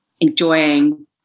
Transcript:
enjoying